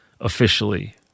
officially